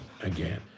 again